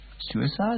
Suicide